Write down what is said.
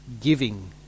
giving